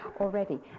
already